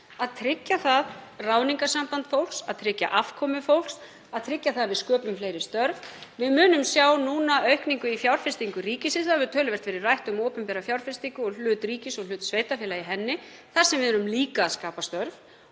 að tryggja ráðningarsamband fólks, að tryggja afkomu fólks, að tryggja að við sköpum fleiri störf. Við munum sjá núna aukningu í fjárfestingu ríkisins. Töluvert hefur verið rætt um opinbera fjárfestingu og hlut ríkis og hlut sveitarfélaga í henni þar sem við erum líka að skapa störf.